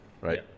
right